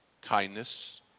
kindness